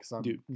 Dude